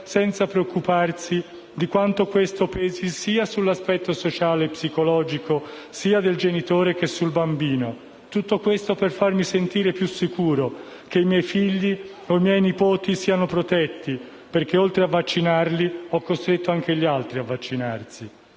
senza preoccuparmi di quanto questo pesi sotto l'aspetto sociale e psicologico sia sul genitore che sul bambino? Tutto questo per farmi sentire più sicuro che i miei figli o i miei nipoti siano protetti perché, oltre a vaccinarli, ho costretto anche gli altri a vaccinarsi.